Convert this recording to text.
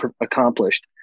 accomplished